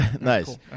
nice